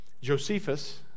Josephus